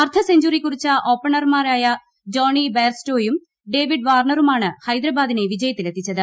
അർധ സെഞ്ചറി കുറിച്ച ഓപ്പണർമാരായ ജോണി ബെയർസറ്റോയും ഡേവിഡ് വാർണറുമാണ് ഹൈദരാബാദിനെ വിജയത്തിലെത്തിച്ചത്